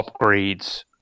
upgrades